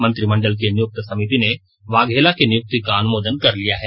मंत्रिमंडल की नियुक्त समिति ने वाघेला की नियुक्ति का अनुमोदन कर लिया है